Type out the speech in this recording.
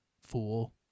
Fool